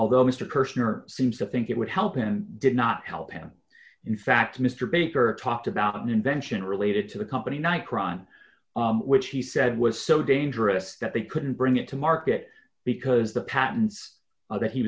although mr kirschner seems to think it would help and did not help him in fact mr baker talked about an invention related to the company night crime which he said was so dangerous that they couldn't bring it to market because the patents that he